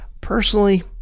personally